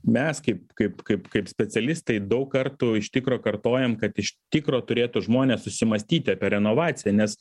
mes kaip kaip kaip kaip specialistai daug kartų iš tikro kartojam kad iš tikro turėtų žmonės susimąstyti apie renovaciją nes